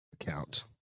account